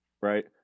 right